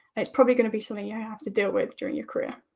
and it's probably going to be something you have to deal with during your career.